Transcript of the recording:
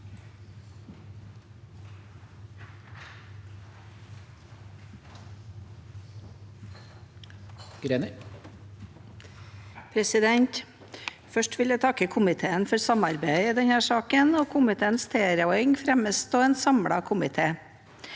Først vil jeg takke komiteen for samarbeidet i denne saken. Komiteens tilråding fremmes av en samlet komité.